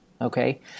okay